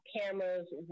cameras